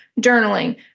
journaling